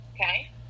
Okay